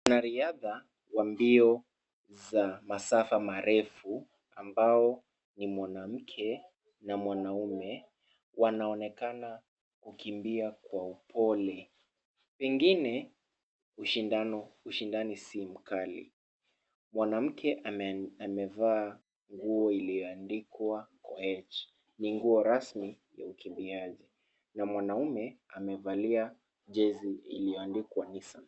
Mwanariadha wa mbio za masafa marefu ambao ni mwanamke na mwanaume wanaonekana kukimbia kwa pole, Pengine, ushindani si mkali, mwanamke amevaa nguo iliyoandikwa 'Koech, ni nguo rasmi ya ukimbiaji na mwanaume amevalia jersey iliyoandikwa 'hisa'.